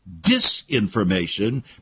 disinformation